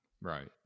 right